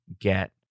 get